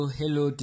hello